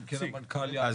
אלא אם כן המנכ"ל יענה.